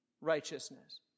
righteousness